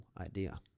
idea